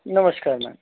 नमस्कार मैम